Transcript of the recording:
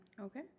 Okay